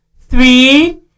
three